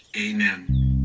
Amen